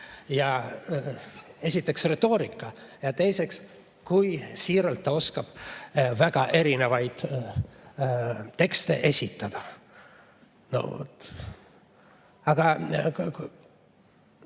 Esiteks retoorika ja teiseks see, kui siiralt ta oskab väga erinevaid tekste esitada. Jah, ma